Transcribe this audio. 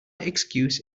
excuse